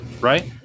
Right